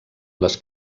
les